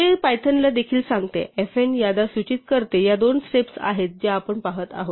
ते पायथनला देखील सांगते fn याद्या सूचित करते या दोन स्टेप्स आहेत ज्या आपण पहात आहोत